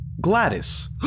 Gladys